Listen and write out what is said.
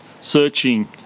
searching